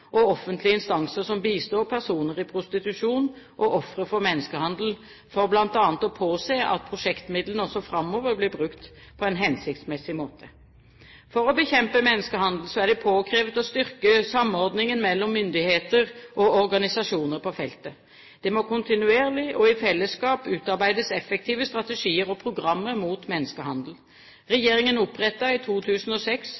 og offentlige instanser som bistår personer i prostitusjon og ofre for menneskehandel, for bl.a. å påse at prosjektmidlene også framover blir brukt på en hensiktsmessig måte. For å bekjempe menneskehandel er det påkrevet å styrke samordningen mellom myndigheter og organisasjoner på feltet. Det må kontinuerlig, og i fellesskap, utarbeides effektive strategier og programmer mot menneskehandel.